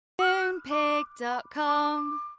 Moonpig.com